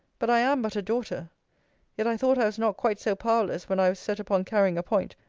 but i am but a daughter yet i thought i was not quite so powerless when i was set upon carrying a point,